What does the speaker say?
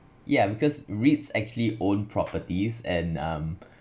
ya because REITs actually own properties and um